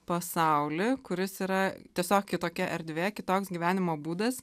pasaulį kuris yra tiesiog kitokia erdvė kitoks gyvenimo būdas